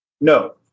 no